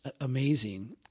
amazing